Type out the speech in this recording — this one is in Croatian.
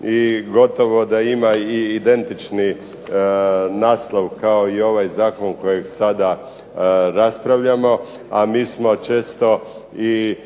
i gotovo da ima i identični naslov kao i ovaj zakon kojeg sada raspravljamo, a mi smo često i